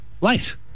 light